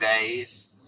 days